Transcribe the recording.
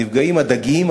נפגעים הדגים,